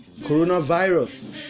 coronavirus